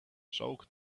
soak